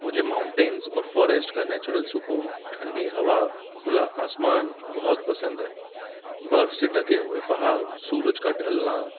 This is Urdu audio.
مجھے ماؤنٹینس اور فارسٹ کا نیچرل سکون ٹھنڈی ہوا کھلا آسمان بہت پسند ہے برف سے ڈھکے ہوئے پہاڑ سورج کا ڈھلنا